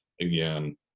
again